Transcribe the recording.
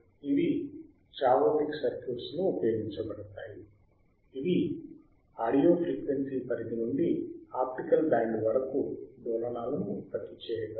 ఇవి చావోటిక్ సర్క్యూట్లలో ఉపయోగించబడతాయి ఇవి ఆడియో ఫ్రీక్వెన్సీ పరిధి నుండి ఆప్టికల్ బ్యాండ్ వరకు డోలనాలను ఉత్పత్తి చేయగలవు